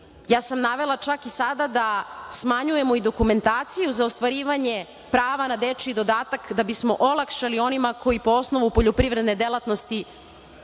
ja sam navela čak i sada da smanjujemo i dokumentaciju za ostvarivanje prava na dečiji dodatak da bismo olakšali onima koji po osnovu poljoprivredne delatnosti